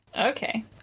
Okay